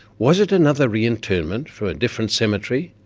was it another re-internment from different cemetery,